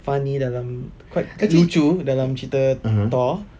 funny dalam quite lucu dalam cerita thor